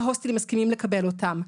מה אתה שואל אותם?